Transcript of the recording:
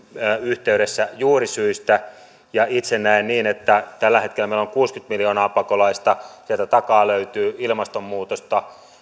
yhteydessä juurisyistä ja itse näen niin että tällä hetkellä meillä on kuusikymmentä miljoonaa pakolaista sieltä takaa löytyy ilmastonmuutosta